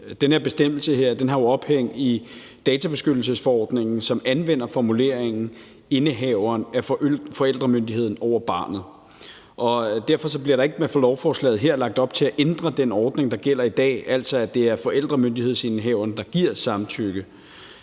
Den her bestemmelse har jo ophæng i databeskyttelsesforordningen, som anvender formuleringen: indehaveren af forældremyndigheden over barnet. Derfor bliver der ikke med lovforslaget her lagt op til at ændre den ordning, der gælder i dag, altså at det er forældremyndighedsindehaveren, der giver samtykke.